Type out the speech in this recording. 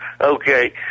Okay